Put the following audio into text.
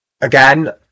again